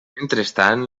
mentrestant